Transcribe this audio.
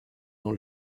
dans